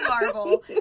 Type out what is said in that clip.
Marvel